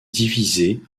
divisée